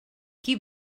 qui